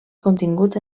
contingut